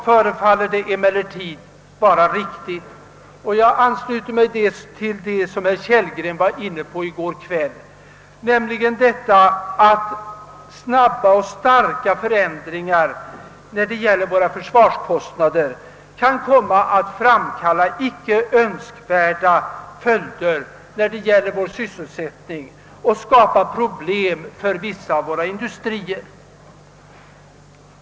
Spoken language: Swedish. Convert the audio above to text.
Det förefaller emellertid att vara riktigt — jag ansluter mig här till det resonemang som herr Kellgren förde i går kväll — att anta att snabba och starka förändringar i försvarskostnaderna kan komma att få icke önskvärda följder när det gäller vår sysselsättning och skapa problem för vissa av våra industrier.